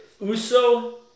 Uso